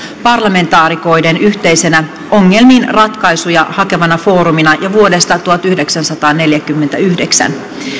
parlamentaarikoiden yhteisenä ongelmiin ratkaisuja hakevana foorumina jo vuodesta tuhatyhdeksänsataaneljäkymmentäyhdeksän